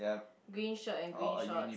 green shirt and green short